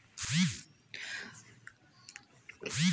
हाकीम मकई के बाली में भरपूर दाना के लेल केना किस्म के बिछन उन्नत छैय?